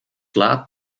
laat